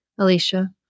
Alicia